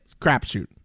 crapshoot